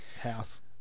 House